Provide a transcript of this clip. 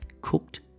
cooked